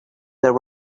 there